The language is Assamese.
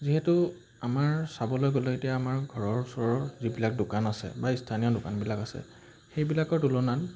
যিহেতু আমাৰ চাবলৈ গ'লে এতিয়া আমাৰ ঘৰৰ ওচৰৰ যিবিলাক দোকান আছে বা স্থানীয় দোকানবিলাক আছে সেইবিলাকৰ তুলনাত